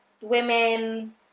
women